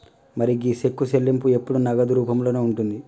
మరి గీ సెక్కు చెల్లింపు ఎప్పుడు నగదు రూపంలోనే ఉంటుంది